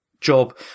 job